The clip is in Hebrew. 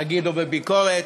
נגיד, או בביקורת.